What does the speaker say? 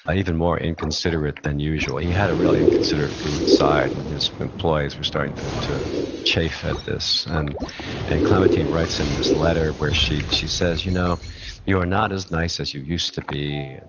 ah even more inconsiderate than usual. he had a really inconsiderate rude side, and his employees were starting to to chafe at this. and and clementine writes in this letter, where she she says, you know you are not as nice as you used to be, and